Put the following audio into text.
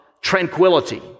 tranquility